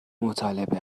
مطالبه